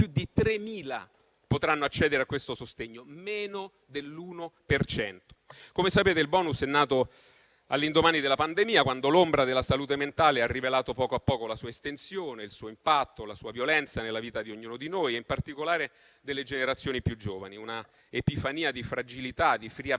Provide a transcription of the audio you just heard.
più di 3.000 potranno accedere a questo sostegno: meno dell'1 per cento. Come sapete, il *bonus* è nato all'indomani della pandemia, quando l'ombra della salute mentale ha rivelato a poco a poco la sua estensione e il suo impatto, la sua violenza nella vita di ognuno di noi e in particolare delle generazioni più giovani: una epifania di fragilità, di friabilità,